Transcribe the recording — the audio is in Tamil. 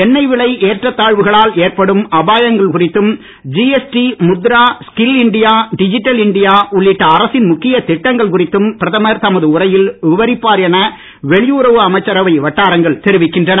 எண்ணெய் விலை ஏற்ற தாழ்வுகளால் ஏற்படும் அபாயங்கள் குறித்தும் GST Mudra skill India digital India உள்ளிட்ட அரசின் முக்கிய திட்டங்கள் குறித்தும் பிரதமர் தமது உரையில் விவரிப்பார் என வெளியுறவு அமைச்சரவை வட்டாரங்கள் தெரிவிக்கின்றன